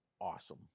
awesome